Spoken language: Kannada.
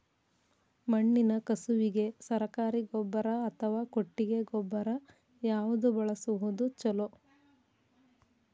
ಮಣ್ಣಿನ ಕಸುವಿಗೆ ಸರಕಾರಿ ಗೊಬ್ಬರ ಅಥವಾ ಕೊಟ್ಟಿಗೆ ಗೊಬ್ಬರ ಯಾವ್ದು ಬಳಸುವುದು ಛಲೋ?